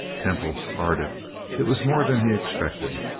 temple started it was more than he expected.